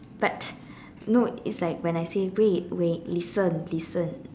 but no it's like when I say wait wait listen listen